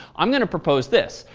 i'm going to propose this,